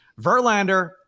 Verlander